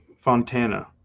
Fontana